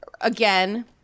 again